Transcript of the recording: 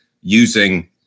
using